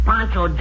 Pancho